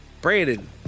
Brandon